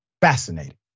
Fascinating